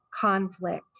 conflict